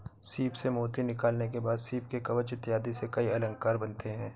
सीप से मोती निकालने के बाद सीप के कवच इत्यादि से कई अलंकार बनते हैं